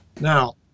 Now